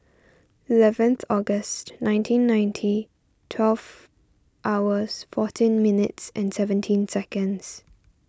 eleventh August nineteen ninety twelve hours fourteen minutes seventeen seconds